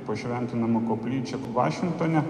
pašventinama koplyčia vašingtone